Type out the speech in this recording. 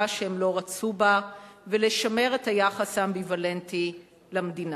שהם לא רצו בה ולשמר את היחס האמביוולנטי למדינה.